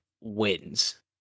wins